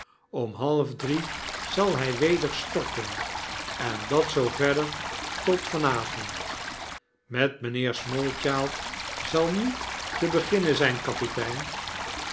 om halfdrie zal hy weder storten en dat zoo verder tot van avond met mynheer smallchild zal niette beginnen zijn kapitein